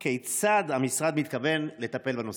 ברצוני לשאול: כיצד המשרד מתכוון לטפל בנושא?